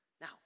Now